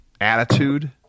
attitude